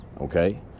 Okay